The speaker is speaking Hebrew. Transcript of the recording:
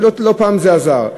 ולא פעם זה עזר.